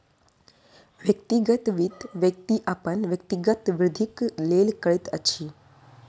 व्यक्तिगत वित्त, व्यक्ति अपन व्यक्तिगत वृद्धिक लेल करैत अछि